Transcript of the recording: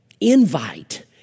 Invite